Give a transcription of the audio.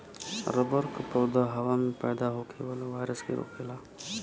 rubber क पौधा हवा में पैदा होखे वाला वायरस के रोकेला